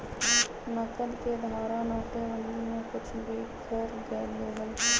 नकद के धारा नोटेबंदी में कुछ बिखर गयले हल